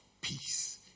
Peace